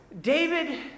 David